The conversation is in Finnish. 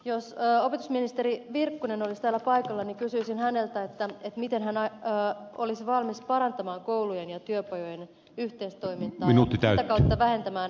jos opetusministeri virkkunen olisi täällä paikalla niin kysyisin häneltä miten hän olisi valmis parantamaan koulujen ja työpajojen yhteistoimintaa ja sitä kautta vähentämään koulupudokkuutta